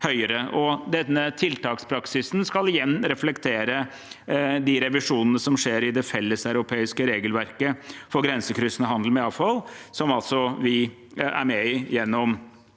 Denne tiltakspraksisen skal igjen reflektere de revisjonene som skjer i det felleseuropeiske regelverket for grensekryssende handel med avfall, som vi som nevnt er med i gjennom